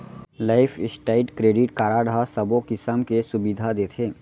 life style credit card ह सबो किसम के सुबिधा देथे